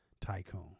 Tycoon